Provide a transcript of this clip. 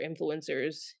influencers